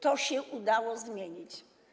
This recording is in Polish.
To się udało zmienić.